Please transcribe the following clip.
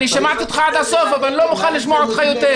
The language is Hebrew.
אני שמעתי אותך עד הסוף אבל אני לא מוכן לשמוע אותך יותר.